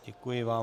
Děkuji vám.